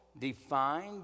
defined